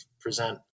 present